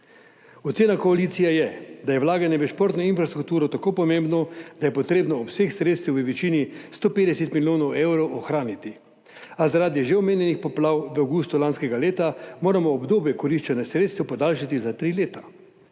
Ocena koalicije je, da je vlaganje v športno infrastrukturo tako pomembno, da je treba obseg sredstev v višini 150 milijonov evrov ohraniti, a zaradi že omenjenih poplav v avgustu lanskega leta moramo obdobje koriščenja sredstev podaljšati za tri leta.